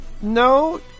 No